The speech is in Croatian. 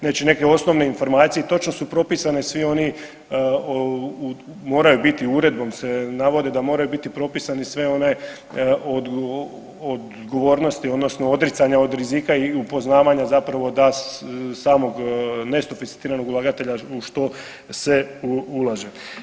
Znači neke osnovne informacije i točno su propisani svi oni moraju biti uredbom se navode da moraju biti propisane sve one odgovornosti odnosno odricanja od rizika i upoznavanja zapravo samog nesofisticiranog ulagatelja u što se ulaže.